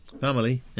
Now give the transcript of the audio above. Family